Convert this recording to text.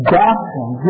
doctrine